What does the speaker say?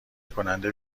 کننده